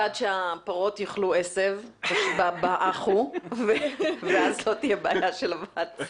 שהפרות יאכלו עשב באחו ואז לא תהיה בעיה של אבץ.